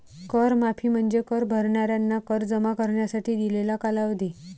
कर माफी म्हणजे कर भरणाऱ्यांना कर जमा करण्यासाठी दिलेला कालावधी